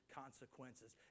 consequences